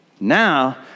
Now